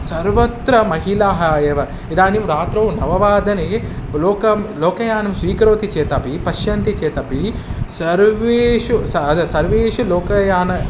सर्वत्र महिलाः एव इदानीं रात्रौ नववादने लोकं लोकयानं स्वीकरोति चेतपि पश्यन्ति चेतपि सर्वेषु स अद सर्वेषु लोकयाने